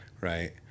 Right